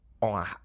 on